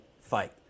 fight